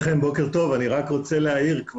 בוקר טוב, כל